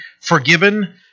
forgiven